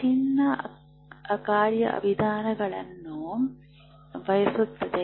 ಚ್ನ ಕಾರ್ಯವಿಧಾನವನ್ನು ಬಳಸುತ್ತದೆ